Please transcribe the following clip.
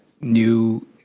new